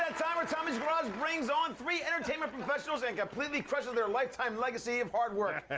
ah time where tommy's garage brings on three entertainment professionals and completely crushes their lifetime legacy of hard work.